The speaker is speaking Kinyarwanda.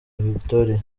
victoria